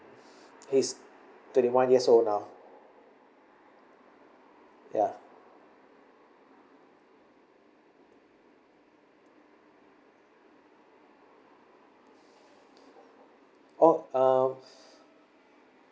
he's twenty one years old now yup oh uh